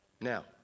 Now